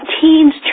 Teens